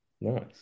nice